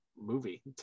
movie